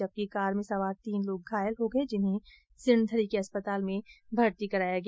जबकि कार में सवार तीन लोग घायल हो गए जिन्हें सिणधरी के अस्पताल में भर्ती कराया गया